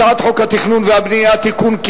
הצעת חוק התכנון והבנייה (תיקון,